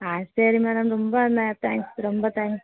ஆ சரி மேடம் ரொம்ப ந தேங்க்ஸ் ரொம்ப தேங்க்ஸ்